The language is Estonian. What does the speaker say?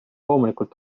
loomulikult